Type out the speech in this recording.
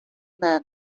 man